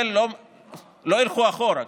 לא ילכו אחורה,